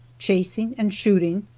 chasing and shooting,